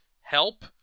help